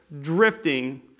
drifting